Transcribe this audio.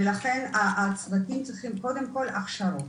ולכן הצוותים צריכים קודם כל הכשרות.